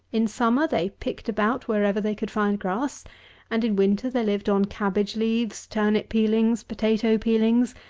in summer they picked about wherever they could find grass and in winter they lived on cabbage-leaves, turnip-peelings, potatoe-peelings,